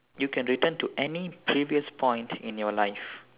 you can return to any previous point in your life